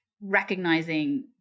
recognizing